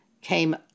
came